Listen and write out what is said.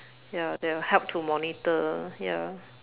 ya that will help to monitor ya